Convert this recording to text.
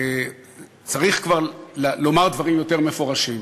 צריך כבר לומר דברים יותר מפורשים,